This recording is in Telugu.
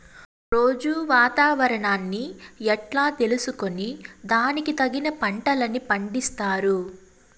రోజూ వాతావరణాన్ని ఎట్లా తెలుసుకొని దానికి తగిన పంటలని పండిస్తారు?